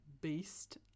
beast